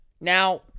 now